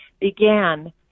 began